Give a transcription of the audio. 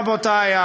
רבותי,